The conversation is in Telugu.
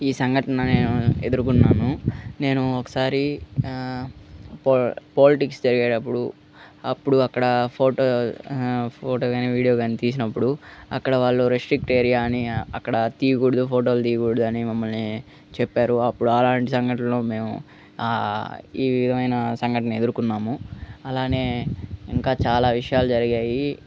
ఈ సంఘటన నేను ఎదుకురుకున్నాను నేను ఒకసారి పోలిటిక్స్ జరిగేటప్పుడు అప్పుడు అక్కడ ఫోటో ఫోటో కానీ వీడియో కానీ తీసినప్పుడు అక్కడ వాళ్ళు రిస్ట్రిక్ట్ ఏరియా అని అక్కడ తీయగూడదు ఫోటోలు తీయగూడదు అని మమ్మలని చెప్పారు అప్పుడు అలాంటి సంఘటనలు మేము ఈ విధమైన సంఘటన ఎదురుకున్నాము అలానే ఇంకా చాలా విషయాలు జరిగాయి